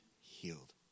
healed